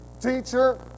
Teacher